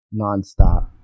nonstop